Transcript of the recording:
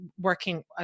working